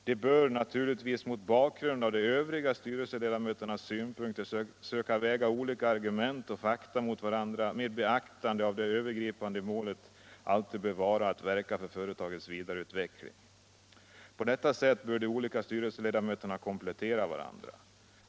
De bör naturligtvis mot bakgrund av övriga styrelseledamöters synpunkter söka väga olika argument och fakta mot varandra med beaktande att det övergripande målet alltid bör vara att verka för företagets vidareutveckling. På detta sätt bör de olika styrelseledamöterna komplettera varandra.